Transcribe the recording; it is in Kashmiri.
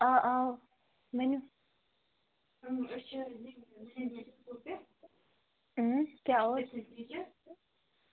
آ آ ؤنِو اۭں کیاہ اوس